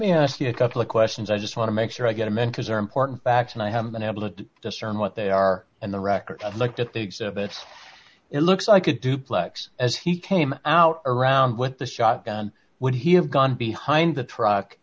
me ask you a couple of questions i just want to make sure i get to mentors are important facts and i haven't been able to discern what they are and the record of looked at the exhibit it looks like a duplex as he came out around what the shotgun when he had gone behind the truck